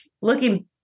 looking